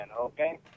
Okay